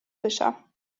بشم